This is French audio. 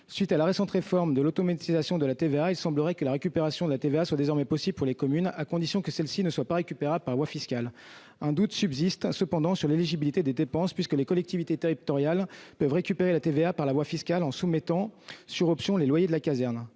suite de la récente réforme de l'automatisation de la TVA, il semblerait que la récupération soit désormais possible pour les communes, à condition que celle-ci ne soit pas récupérable par voie fiscale. Un doute subsiste cependant sur l'éligibilité des dépenses, puisque les collectivités territoriales peuvent récupérer la TVA par la voie fiscale en appliquant celle-ci, sur option, aux loyers de la caserne.